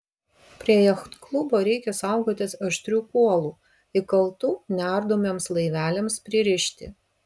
prie jachtklubo reikia saugotis aštrių kuolų įkaltų neardomiems laiveliams pririšti